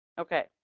Okay